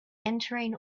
entering